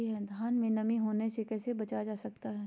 धान में नमी होने से कैसे बचाया जा सकता है?